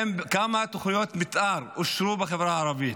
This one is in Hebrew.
כמה תוכניות מתאר אושרו בחברה הערבית?